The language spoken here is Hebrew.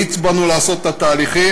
האיץ בנו לעשות את התהליכים,